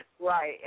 Right